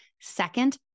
Second